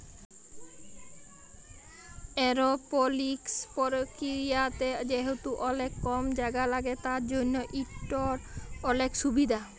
এরওপলিকস পরকিরিয়াতে যেহেতু অলেক কম জায়গা ল্যাগে তার জ্যনহ ইটর অলেক সুভিধা